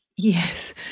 Yes